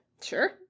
Sure